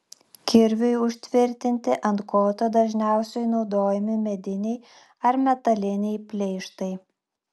kirviui užtvirtinti ant koto dažniausiai naudojami mediniai ar metaliniai pleištai